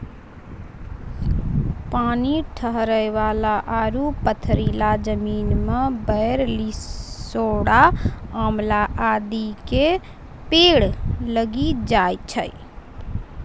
पानी ठहरै वाला आरो पथरीला जमीन मॅ बेर, लिसोड़ा, आंवला आदि के पेड़ लागी जाय छै